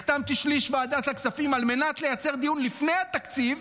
החתמתי שליש מוועדת הכספים על מנת לייצר דיון לפני התקציב,